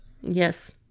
yes